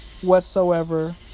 whatsoever